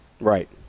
right